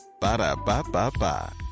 Ba-da-ba-ba-ba